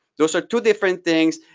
those are two different things,